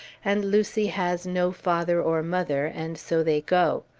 and lucy has no father or mother, and so they go.